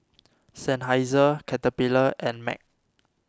Seinheiser Caterpillar and Mag